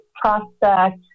prospect